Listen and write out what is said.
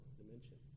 dimension